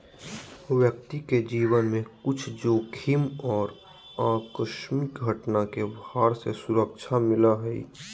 व्यक्ति के जीवन में कुछ जोखिम और आकस्मिक घटना के भार से सुरक्षा मिलय हइ